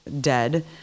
dead